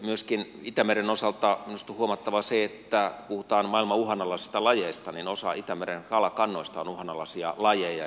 myöskin itämeren osalta minusta on huomattava se että kun puhutaan maailman uhanalaisista lajeista niin osa itämeren kalakannoista on uhanalaisia lajeja